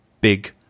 big